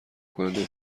کننده